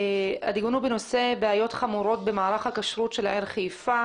הדיון הוא בנושא בעיות חמורות במערך הכשרות של העיר חיפה.